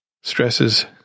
stresses